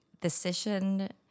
decision